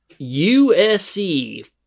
USC